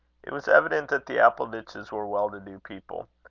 it was evident that the appleditches were well-to-do people.